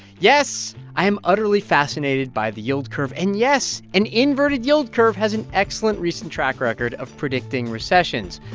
yes, i am utterly fascinated by the yield curve. and, yes, an inverted yield curve has an excellent recent track record of predicting recessions.